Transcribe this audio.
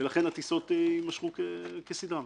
ולכן, הטיסות יימשכו כסדרן.